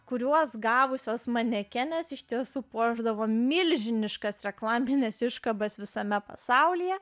kuriuos gavusios manekenės iš tiesų puošdavo milžiniškas reklamines iškabas visame pasaulyje